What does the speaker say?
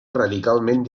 radicalment